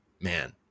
man